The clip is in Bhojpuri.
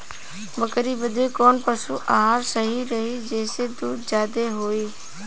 बकरी बदे कवन पशु आहार सही रही जेसे दूध ज्यादा होवे?